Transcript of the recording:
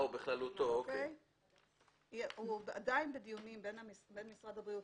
בכללותו הוא עדיין בדיונים בין משרד הבריאות